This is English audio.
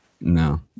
No